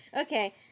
Okay